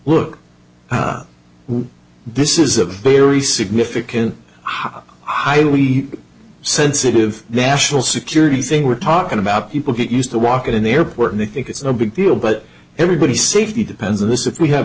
look this is a very significant highly sensitive national security thing we're talking about people get used to walk in the airport and they think it's no big deal but everybody safety depends on this if we have